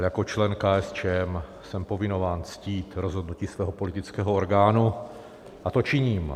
Jako člen KSČM jsem povinován ctít rozhodnutí svého politického orgánu a to činím.